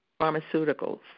pharmaceuticals